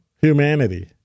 humanity